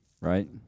Right